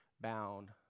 bound